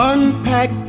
Unpack